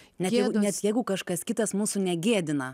net jeigu kažkas kitas mūsų negėdina